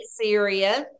serious